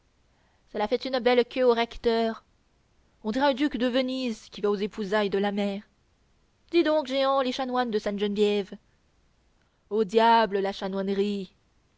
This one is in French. cela fait une belle queue au recteur on dirait un duc de venise qui va aux épousailles de la mer dis donc jehan les chanoines de sainte-geneviève au diable la